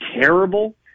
terrible